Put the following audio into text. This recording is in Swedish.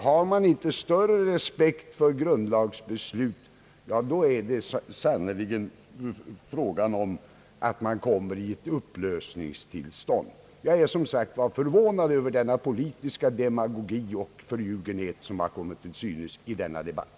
Har man inte större respekt för grundlagsbeslut, ja, då är det sannerligen frågan om man inte kommer i ett upplösningstillstånd. Jag är som sagt förvånad över den politiska demagogi och förljugenhet som kommit till synes i denna debatt.